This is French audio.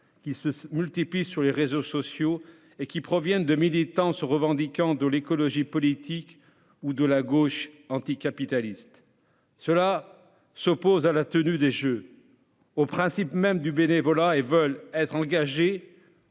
au sabotage sur les réseaux sociaux, de la part de militants se revendiquant de l'écologie politique ou de la gauche anticapitaliste. Ils s'opposent à la tenue des Jeux et au principe même du bénévolat et veulent être engagés